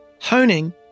Honing